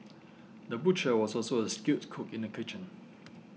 the butcher was also a skilled cook in the kitchen